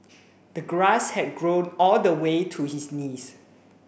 the grass had grown all the way to his knees